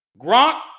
gronk